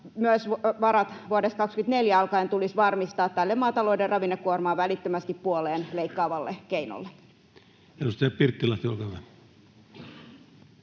myös varat vuodesta 24 alkaen tulisi varmistaa tälle maatalouden ravinnekuormaa välittömästi puoleen leikkaavalle keinolle. [Speech 54] Speaker: